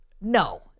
No